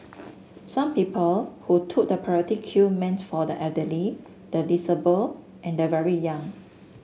some people who took the priority queue meant for the elderly the disabled and the very young